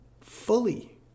fully